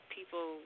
People